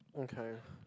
okay